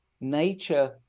Nature